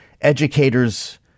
educators